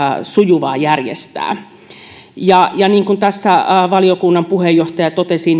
sujuvaa järjestää niin kuin tässä valiokunnan puheenjohtaja totesi